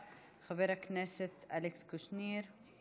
חבר הכנסת אלכס קושניר,